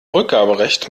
rückgaberecht